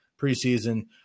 preseason